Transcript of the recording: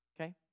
okay